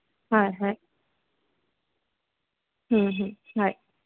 হয় হয় হয়